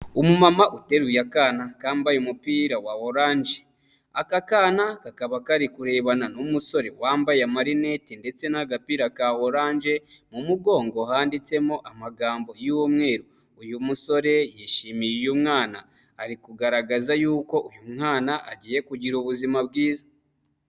Umumama uteruye akana kambaye umupira wa oranje, aka kana kakaba kari kurebana n'umusore wambaye amarinete ndetse n'agapira ka oranje, mu mugongo handitsemo amagambo y'umweru, uyu musore yishimiye uyu mwana ari kugaragaza y'uko uyu mwana agiye kugira ubuzima bwiza.